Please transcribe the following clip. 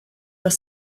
your